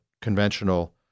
conventional